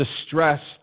distressed